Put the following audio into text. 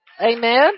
Amen